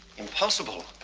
impossible.